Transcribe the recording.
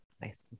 Nice